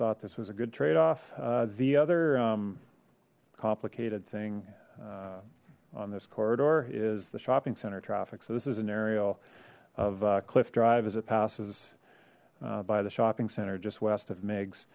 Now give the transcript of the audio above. thought this was a good trade off the other complicated thing on this corridor is the shopping center traffic so this is an aerial of cliff drive as it passes by the shopping center just west of mi